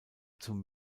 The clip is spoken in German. zum